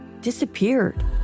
disappeared